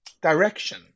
direction